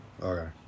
Okay